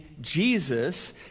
Jesus